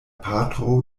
patro